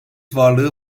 varlığı